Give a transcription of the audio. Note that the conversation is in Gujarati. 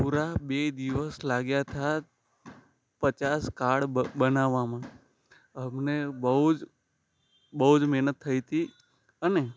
પૂરા બે દિવસ લાગ્યા તા પચાસ કાડ બનાવવામાં અમને બહુ જ બહુ જ મહેનત થઈ હતી અને